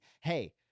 hey